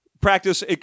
practice